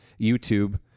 YouTube